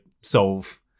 solve